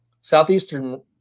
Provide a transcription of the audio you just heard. Southeastern